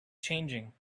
changing